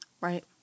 Right